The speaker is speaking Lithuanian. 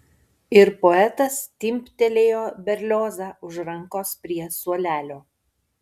ir poetas timptelėjo berliozą už rankos prie suolelio